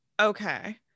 Okay